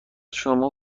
شما